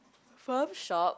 farm shop